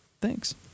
Thanks